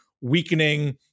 weakening